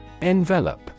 Envelope